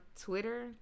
Twitter